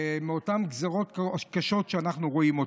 מאותן גזרות קשות שאנחנו רואים.